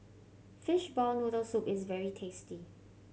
fishball noodle soup is very tasty